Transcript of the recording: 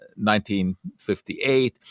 1958